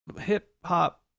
hip-hop